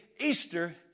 Easter